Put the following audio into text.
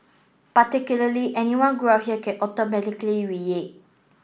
particularly anyone grew up here can automatically